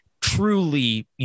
truly